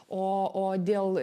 o o dėl